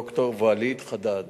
ד"ר וליד חדאד.